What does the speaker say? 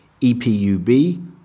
EPUB